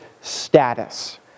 status